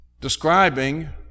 describing